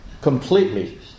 completely